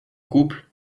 couple